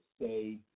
say